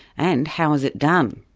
and how is it done?